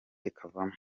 ikavamo